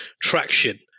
traction